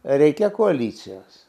reikia koalicijos